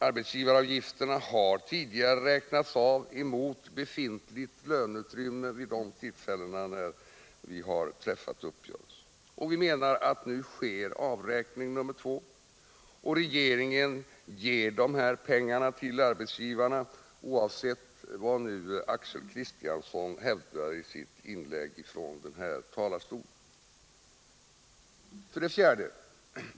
Arbetsgivaravgifterna har tidigare räknats av mot befintligt löneutrymme vid de tillfällen när vi har träffat uppgörelser. Nu sker avräkning nummer två. Regeringen ger pengarna till arbetsgivarna, oavsett vad Axel Kristiansson hävdade i sitt inlägg från den här talarstolen. 4.